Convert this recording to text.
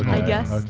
i guess.